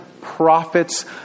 prophets